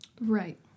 Right